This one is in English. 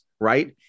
right